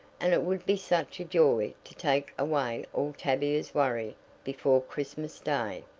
and it would be such a joy to take away all tavia's worry before christmas day.